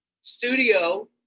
studio